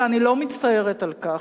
ואני לא מצטערת על כך,